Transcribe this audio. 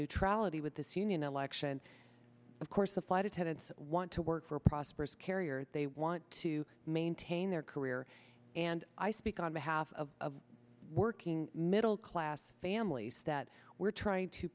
neutrality with this union election of course the flight attendants want to work for a prosperous carrier they want to maintain their career and i speak on behalf of working middle class families that we're trying to